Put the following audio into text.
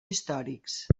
històrics